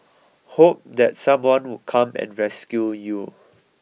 hope that someone would come and rescue you